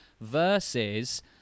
versus